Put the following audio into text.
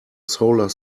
solar